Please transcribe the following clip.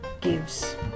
gives